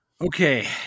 okay